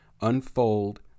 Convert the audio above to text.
unfold